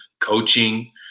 coaching